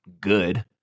good